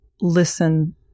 listen